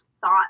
thought